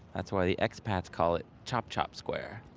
that's why the expats call it chop chop square.